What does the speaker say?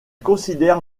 considère